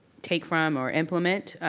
take from or implement,